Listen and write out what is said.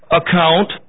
account